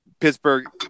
Pittsburgh